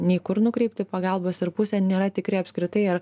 nei kur nukreipti pagalbos ir pusė nėra tikri apskritai ar